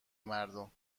مردم